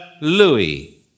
Louis